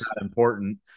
important